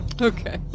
Okay